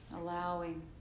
allowing